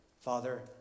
father